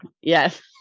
Yes